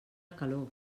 calor